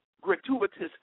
gratuitous